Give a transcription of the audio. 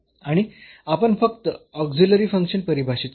आणि आपण फक्त ऑक्झिलरी फंक्शन परिभाषित करू